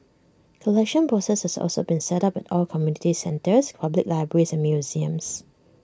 collection boxes have also been set up at all community centres public libraries and museums